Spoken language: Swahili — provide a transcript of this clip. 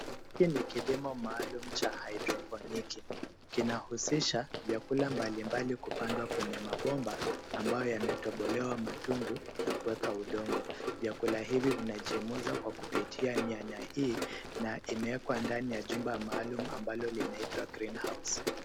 Hiki ni kilimo maalum cha haidroponiki, kinahusisha vyakula mbalimbali kupandwa kwenye mabomba, ambayo yametobolewa matundu na kueka udongo. Vyakula hivi vinachomoza kwa kupitia nyaya hii na imewekwa ndani ya jumba maalum ambayo inaitwa Greenhouse .